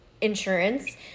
insurance